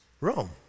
Rome